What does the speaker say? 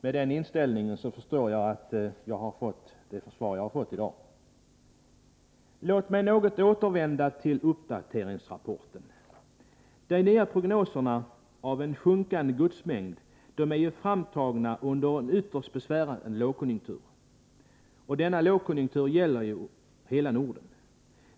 Med den inställningen hos kommunikationsministern förstår jag att jag har fått detta svar i dag. Låt mig återvända till uppdateringsrapporten. De nya prognoserna om en minskande godsmängd är framtagna under en ytterst besvärande lågkonjunktur, och denna lågkonjunktur gäller hela Norden.